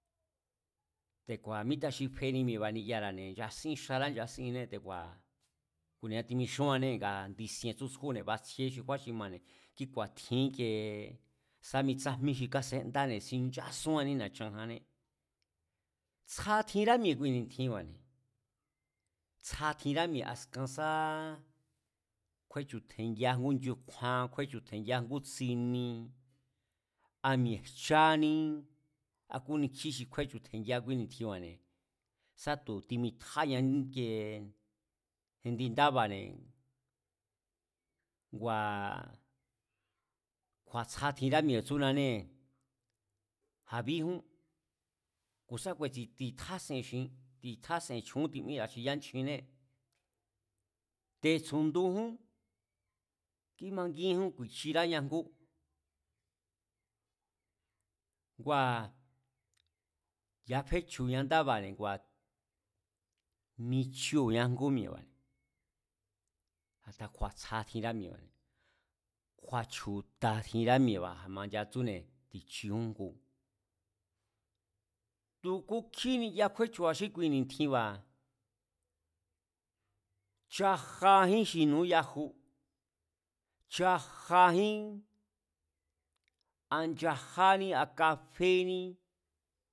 Te̱ku̱a̱ míta xi feni mi̱e̱ba̱ niyarane nchasín xara ncha siné teku̱a̱ ku̱ni timixúannee̱ ngaa̱ nchisien tsjú tsjúne̱ batsjíé kjúán xi mane̱ kí ku̱a̱tjin íkiee sá mi tsájmí xi kasendáne̱ xinchásúanní na̱chanjanné, tsja tjinrá mi̱e̱ kui ni̱tjinba̱ne̱, tsja tjinra mi̱e̱ askan sá kjúéchu̱ tje̱ngia ngú nchukjuan kjúechu̱ tje̱ngia tsini, a mi̱e̱jchaní a kúnikjí xi kúéchu̱tje̱ngia kúí nitjinba̱ne̱, sa tu̱ timitjáña íkiee indi ndába̱ne̱ ngua̱ kju̱a̱ tsja tjinrá mi̱e̱, tsúnanée̱, a̱bíjún, ku̱ sa ku̱e̱tsú, ti̱tjáse̱n xi̱in, ti̱tjase̱n chju̱ún timíra̱ xi yánchjinnée̱, te̱tsu̱ndujún, kímangííjún ku̱i̱chiráña ngú, ngua̱, ya̱a fechu̱ña ndába̱ne̱ michua̱ ngú mi̱e̱ba̱ne̱, a̱ta̱ kju̱a̱ tsja tjinra mi̱e̱ba̱, kju̱a̱ chju̱ta̱ tjinrá mi̱e̱ba̱ a̱ma nchatsúne̱ ti̱chijún jngu, tu̱ kukjí niya kjúéchu̱a xí kui ni̱tjinba̱, chajajín xi núyaju, chajajín a nchajání a kafení